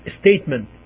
statement